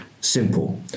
simple